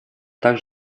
так